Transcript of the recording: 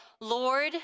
Lord